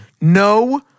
No